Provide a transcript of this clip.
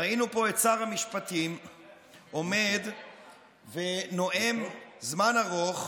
ראינו פה את שר המשפטים עומד ונואם זמן ארוך,